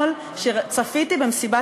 שהשר יגיע אני מאמין שהוא כבר ייכנס.